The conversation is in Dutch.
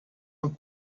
een